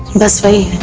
this